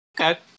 Okay